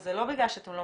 וזה לא בגלל שאתם לא